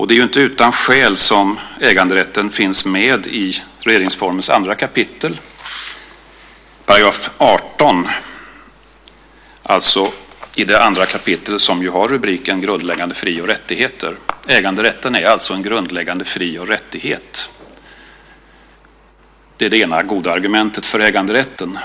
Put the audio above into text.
Det är inte utan skäl som äganderätten finns med i regeringsformens 2 kap. § 18, alltså i det kapitel som har rubriken Grundläggande fri och rättigheter. Äganderätten är alltså en grundläggande fri och rättighet. Det är det ena goda argumentet för äganderätten.